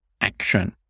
action